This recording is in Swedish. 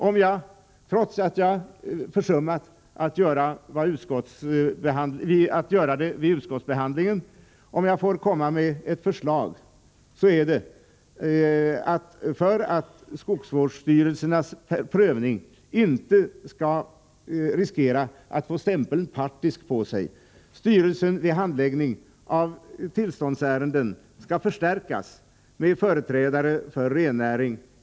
Om jag får komma med ett förslag, trots att jag försummat att göra det vid utskottsbehandlingen, så är det detta att styrelsen vid handläggning av tillståndsärenden bör förstärkas med företrädare för rennäring och naturvård, så att styrelsens prövning inte riskerar att få stämpeln partisk på sig.